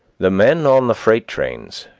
the men on the freight trains,